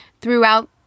throughout